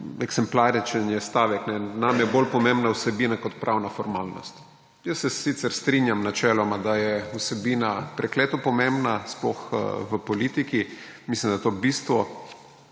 eksemplaričen je stavek: »Nam je bolj pomembna vsebina kot pravna formalnost.« Jaz se sicer strinjam načeloma, da je vsebina prekleto pomembna, sploh v politiki, mislim, da je to bistvo,